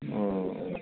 अह